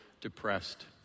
depressed